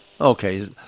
Okay